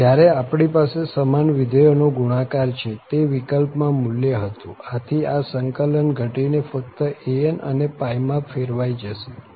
આમ જયારે આપણી પાસે સમાન વિધેયો નો ગુણાકાર છે તે વિકલ્પમાં મુલ્ય હતું આથી આ સંકલન ઘટી ને ફક્ત an અને માં ફેરવાઈ જશે